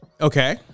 Okay